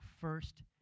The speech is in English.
first